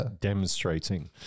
demonstrating